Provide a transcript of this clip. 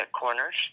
corners